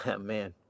man